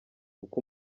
kuko